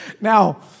Now